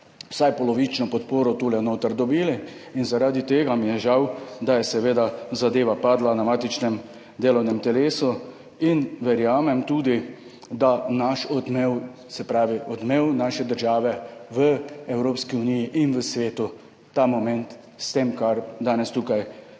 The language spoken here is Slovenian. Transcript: vsaj polovično podporo tule noter dobili. In zaradi tega mi je žal, da je seveda zadeva padla na matičnem delovnem telesu. In verjamem tudi, da naš odmev, se pravi odmev naše države v Evropski uniji in v svetu ta moment s tem, kar danes tukaj